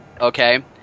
okay